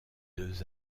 deux